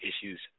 issues